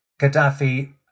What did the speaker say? Gaddafi